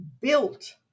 built